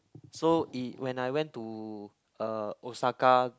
so it when I went to uh Osaka